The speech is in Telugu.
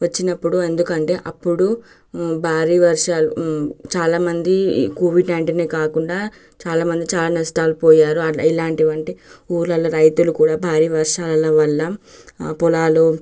వచ్చినప్పుడు ఎందుకంటే అప్పుడు భారీ వర్షాలు చాలామంది కోవిడ్ నైన్టీనే కాకుండా చాలా మంది చాలా నష్టాలు పోయారు ఎలాంటివంటే ఊర్లలో రైతులు కూడా భారీ వర్షాల వల్ల ఆ పొలాలు